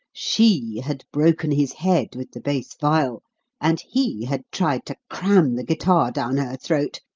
she had broken his head with the bass-viol, and he had tried to cram the guitar down her throat,